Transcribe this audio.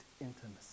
intimacy